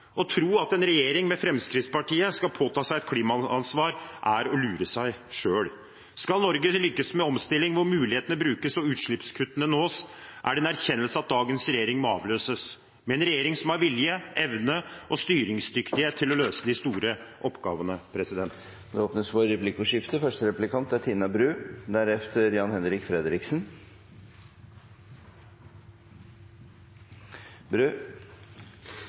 Å tro at en regjering med Fremskrittspartiet skal påta seg et klimaansvar er å lure seg selv. Skal Norge lykkes med omstilling hvor mulighetene brukes og utslippskuttene nås, er det en erkjennelse at dagens regjering må avløses – av en regjering som har vilje, evne og styringsdyktighet til å løse de store oppgavene. Det blir replikkordskifte.